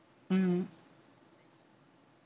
mm